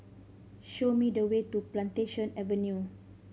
show me the way to Plantation Avenue